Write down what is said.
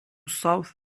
south